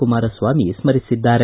Kumaraswamy ಸ್ಥರಿಸಿದ್ದಾರೆ